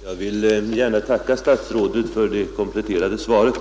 Herr talman! Jag vill gärna tacka statsrådet för det kompletterande svaret,